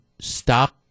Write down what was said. stop